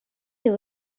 you